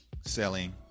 selling